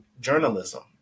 journalism